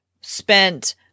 Spent